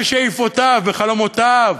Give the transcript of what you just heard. בשאיפותיו, בחלומותיו,